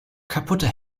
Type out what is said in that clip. kaputte